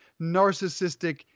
narcissistic